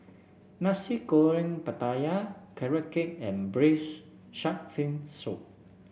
Nasi Goreng Pattaya Carrot Cake and Braised Shark Fin Soup